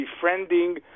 befriending